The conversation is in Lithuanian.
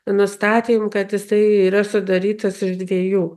nustatėm kad jisai yra sudarytas iš dviejų